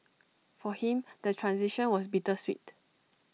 for him the transition was bittersweet